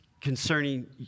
concerning